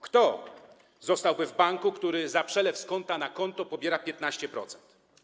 Kto zostałby w banku, który za przelew z konta na konto pobiera 15%?